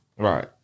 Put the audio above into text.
Right